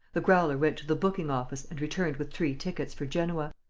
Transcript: the growler went to the booking-office and returned with three tickets for genoa.